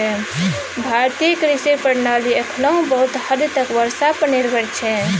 भारतीय कृषि प्रणाली एखनहुँ बहुत हद तक बर्षा पर निर्भर छै